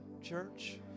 church